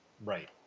Right